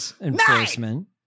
Enforcement